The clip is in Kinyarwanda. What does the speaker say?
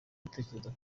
gutekereza